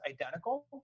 identical